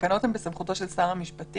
התקנות הן בסמכותו של שר המשפטים.